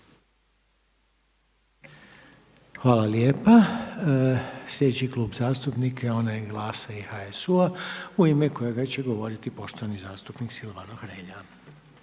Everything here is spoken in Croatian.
Hvala lijepo. Slijedeći Klub zastupnika onaj HDZ-a u ime kojeg će govoriti pošteni zastupnik Ivan Šuker.